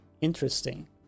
Interesting